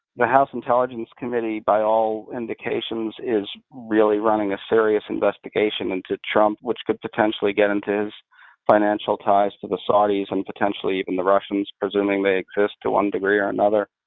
the house intelligence committee, by all indications, is really running a serious investigation into trump, which could potentially get into his financial ties to the saudis and potentially and the russians, presuming they exist to one degree or another.